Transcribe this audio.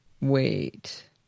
Wait